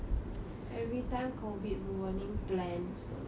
every time COVID ruining plans only